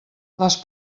les